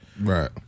Right